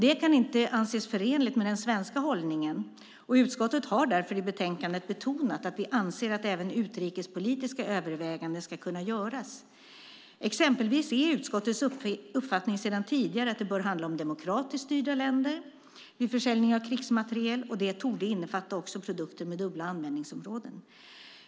Det kan inte anses förenligt med den svenska hållningen, och utskottet har därför i utlåtandet betonat att vi anser att även utrikespolitiska överväganden ska kunna göras. Exempelvis är utskottets uppfattning sedan tidigare att det bör handla om demokratiskt styrda länder vid försäljning av krigsmateriel och det torde innefatta också produkter med dubbla användningsområden.